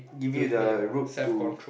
give you the route to